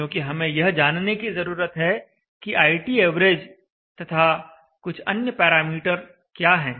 क्योंकि हमें यह जानने की जरूरत है कि iTav तथा कुछ अन्य पैरामीटर क्या हैं